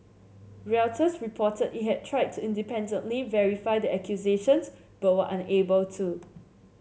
Reuters reported it had tried to independently verify the accusations but were unable to